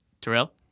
Terrell